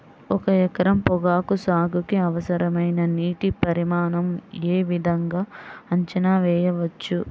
ఒక ఎకరం పొగాకు సాగుకి అవసరమైన నీటి పరిమాణం యే విధంగా అంచనా వేయవచ్చు?